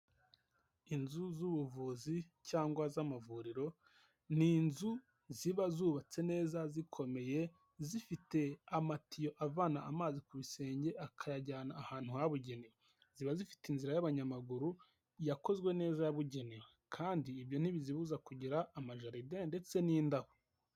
Inzu z'ubuvuzi cyangwa z'amavuriro n’inzu ziba zubatse neza zikomeye zifite amatiyo avana amazi ku bisenge akayajyana ahantu habugenewe ziba zifite inzira y'abanyamaguru yakozwe neza yabugenewe kandi ibyo ntibizibuza kugira amajeride ndetse n'indabo.